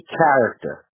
character